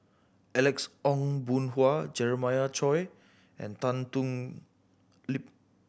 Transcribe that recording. Alex Ong Boon Hau Jeremiah Choy and Tan Thoon Lip